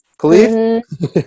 Please